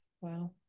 Wow